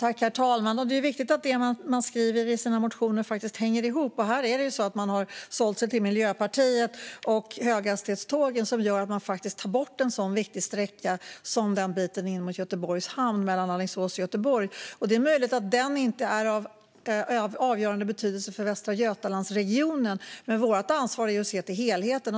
Herr talman! Det är viktigt att det man skriver i sina motioner hänger ihop. Här är det att man har sålt sig till Miljöpartiet och höghastighetstågen som gör att man tar bort en så viktig sträcka som biten in mot Göteborgs hamn från Alingsås. Det är möjligt att den sträckan inte är av avgörande betydelse för Västra Götalandsregionen, men vårt ansvar är ju att se till helheten.